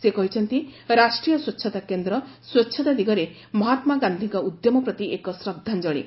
ସେ କହିଛନ୍ତି ରାଷ୍ଟ୍ରୀୟ ସ୍ୱଚ୍ଛତା କେନ୍ଦ୍ର ସ୍ୱଚ୍ଛତା ଦିଗରେ ମହାତ୍ମା ଗାନ୍ଧିଙ୍କ ଉଦ୍ୟମ ପ୍ରତି ଏକ ଶ୍ରଦ୍ଧାଞ୍ଜଳୀ